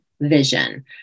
Vision